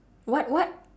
what what